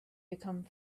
become